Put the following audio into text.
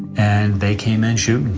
and they came in shooting.